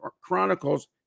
Chronicles